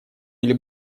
или